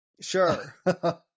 Sure